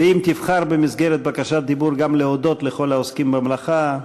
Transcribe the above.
אם תבחר במסגרת בקשת דיבור גם להודות לכל העוסקים במלאכה,